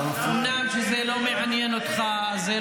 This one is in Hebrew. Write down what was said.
שיחזירו את החטופים.